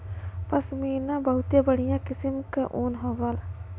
पश्मीना बहुते बढ़िया किसम क ऊन होला